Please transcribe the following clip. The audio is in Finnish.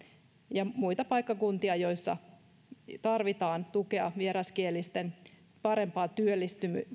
ja muita paikkakuntia joissa tarvitaan tukea esimerkiksi vieraskielisten parempaan työllistymiseen